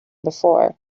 before